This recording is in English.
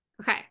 Okay